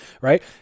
right